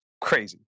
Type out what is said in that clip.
crazy